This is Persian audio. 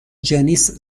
جنیس